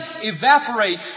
evaporate